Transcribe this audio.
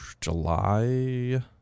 July